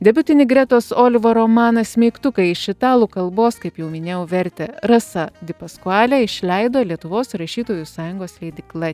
debiutinį gretos oliva romaną smeigtuką iš italų kalbos kaip jau minėjau vertė rasa di paskuale išleido lietuvos rašytojų sąjungos leidykla